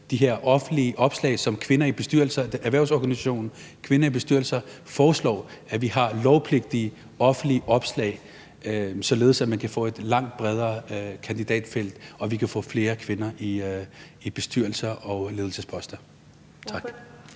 de her offentlige opslag, som organisationen Kvinder I Bestyrelser foreslår, så vi har lovpligtige offentlige opslag, således at man kan få et langt bredere kandidatfelt og at vi kan få flere kvinder i bestyrelser og på ledelsesposter. Tak.